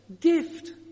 gift